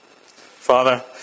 Father